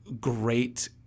great